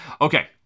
Okay